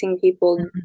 people